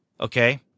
Okay